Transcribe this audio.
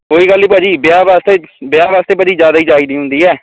ਕੋਈ ਗੱਲ ਨਹੀਂ ਭਾਅ ਜੀ ਵਿਆਹ ਵਾਸਤੇ ਵਿਆਹ ਵਾਸਤੇ ਭਾਅ ਜੀ ਜ਼ਿਆਦਾ ਹੀ ਚਾਹੀਦੀ ਹੁੰਦੀ ਹੈ